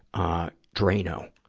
ah, drano.